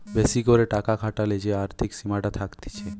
বেশি করে টাকা খাটালে যে আর্থিক সীমাটা থাকতিছে